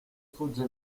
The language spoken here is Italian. fugge